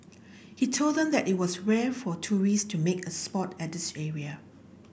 he told them that it was rare for tourists to make a spot at this area